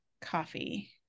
coffee